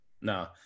No